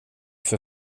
för